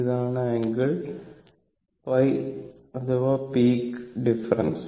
ഇതാണ് ആംഗിൾ π അഥവാ peak difference